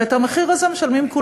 ואת המחיר הזה כולנו משלמים.